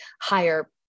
higher